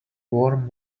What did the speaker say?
warm